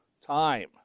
Time